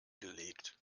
gelegt